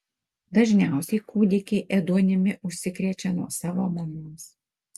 dažniausiai kūdikiai ėduonimi užsikrečia nuo savo mamos